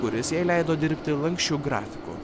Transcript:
kuris jai leido dirbti lanksčiu grafiku